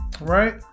Right